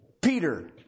Peter